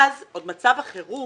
אז עוד מצב החירום